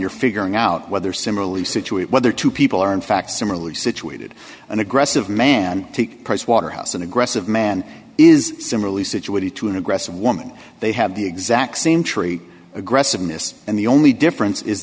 you're figuring out whether similarly situated whether two people are in fact similarly situated and aggressive man take pricewaterhouse an aggressive man is similarly situated to an aggressive woman they have the exact same tree aggressiveness and the only difference is